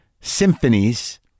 symphonies